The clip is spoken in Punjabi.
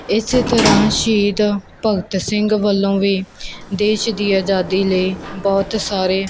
ਇਸੇ ਤਰ੍ਹਾਂ ਸ਼ਹੀਦ ਭਗਤ ਸਿੰਘ ਵੱਲੋਂ ਵੀ ਦੇਸ਼ ਦੀ ਆਜ਼ਾਦੀ ਲਈ ਬਹੁਤ ਸਾਰੇ